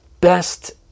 best